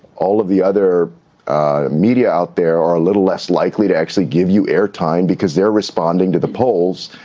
all of the other media out there are a little less likely to actually give you airtime because they're responding to the polls.